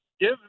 Give